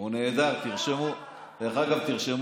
הוא נעדר, תרשמו "נעדר".